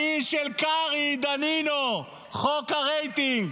האיש של קרעי, דנינו, חוק הרייטינג.